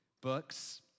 books